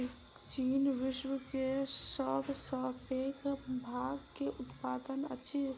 चीन विश्व के सब सॅ पैघ भांग के उत्पादक अछि